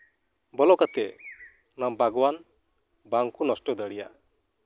ᱵᱚᱞᱚ ᱠᱟᱛᱮᱫ ᱚᱱᱟ ᱵᱟᱜᱽᱣᱟᱱ ᱵᱟᱝ ᱠᱚ ᱱᱚᱥᱴᱚ ᱫᱟᱲᱮᱭᱟᱜ